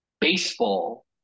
baseball